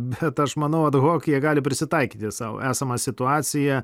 bet aš manau ad hok jie gali prisitaikyti sau esamą situaciją